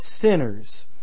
sinners